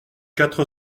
quatre